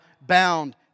bound